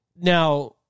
now